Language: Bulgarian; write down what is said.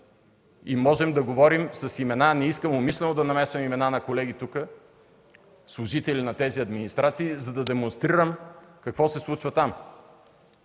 Можем да говорим с имена, но не искам умишлено да намесвам имена на колеги тук – служители на тези администрации, за да демонстрирам какво се случва там.